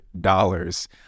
dollars